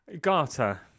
Garter